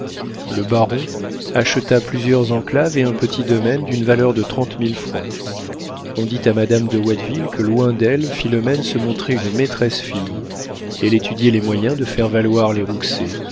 le baron acheta plusieurs enclaves et un petit domaine d'une valeur de trente mille francs on dit à madame de watteville que loin d'elle philomène se montrait une maîtresse fille elle étudiait les moyens de faire valoir les rouxey